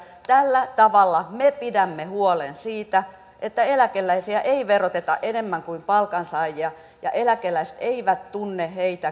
tällä tavalla me pidämme huolen siitä että eläkeläisiä ei veroteta enemmän kuin palkansaajia ja eläkeläiset eivät tunne heitä kohdeltavan epäreilusti